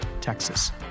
Texas